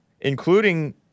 including